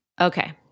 Okay